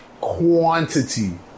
quantity